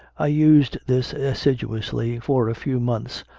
i used this assiduously for a few months,